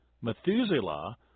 Methuselah